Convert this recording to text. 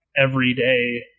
everyday